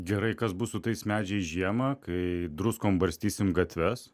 gerai kas bus su tais medžiais žiemą kai druskom barstysim gatves